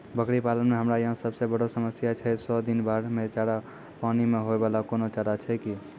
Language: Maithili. बकरी पालन मे हमरा यहाँ सब से बड़ो समस्या छै सौ दिन बाढ़ मे चारा, पानी मे होय वाला कोनो चारा छै कि?